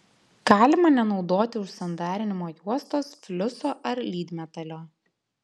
galima nenaudoti užsandarinimo juostos fliuso ar lydmetalio